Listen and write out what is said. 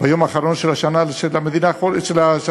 ביום האחרון של השנה החולפת.